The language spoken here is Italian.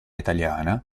italiana